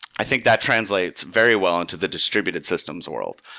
i think that translates very well into the distributed system's world.